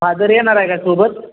father येणार आहे का सोबत